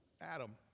Adam